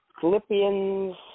Philippians